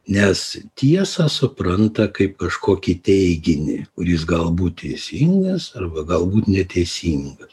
nes tiesą supranta kaip kažkokį teiginį kuris galbūt teisingas arba galbūt neteisingas